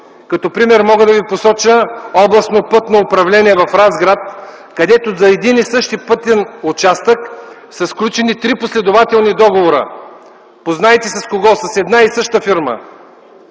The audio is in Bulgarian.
Като пример мога да ви посоча Областното пътно управление в Разград, където за един и същи пътен участък са сключени три последователни договора. Познайте с кого – с една и съща фирма!